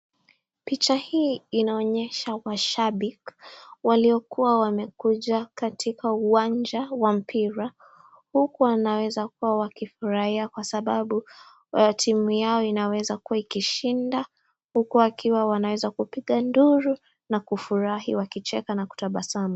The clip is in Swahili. Mashabiki waliokuwa wamekuja katika uwanja wa mpira huku wanaweza kuwa wanafurahia kwa sababu timu yao inaweza kuwa imeshinda huku ikiwa wanaweza kupiga nduru na kufurahi na kutabasamu.